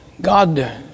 God